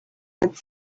had